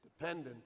dependent